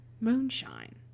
moonshine